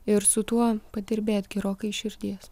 ir su tuo padirbėt gerokai iš širdies